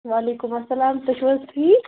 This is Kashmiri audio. وعلیکُم السلام تُہۍ چھُو حظ ٹھیٖک